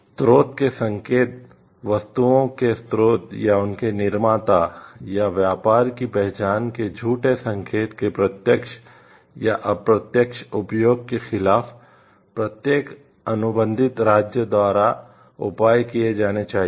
स्रोत के संकेत वस्तुओं के स्रोत या उनके निर्माता या व्यापारी की पहचान के झूठे संकेत के प्रत्यक्ष या अप्रत्यक्ष उपयोग के खिलाफ प्रत्येक अनुबंधित राज्य द्वारा उपाय किए जाने चाहिए